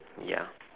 ya